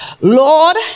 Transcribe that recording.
Lord